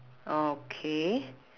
okay